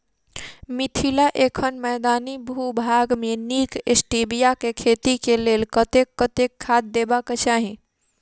मिथिला एखन मैदानी भूभाग मे नीक स्टीबिया केँ खेती केँ लेल कतेक कतेक खाद देबाक चाहि?